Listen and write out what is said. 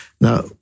Now